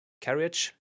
carriage